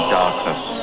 darkness